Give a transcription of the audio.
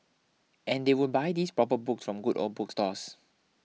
and they would buy these proper books from good old bookstores